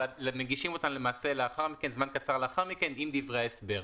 אבל מגישים אותן זמן קצר לאחר מכן עם דברי ההסבר.